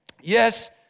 Yes